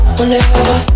Whenever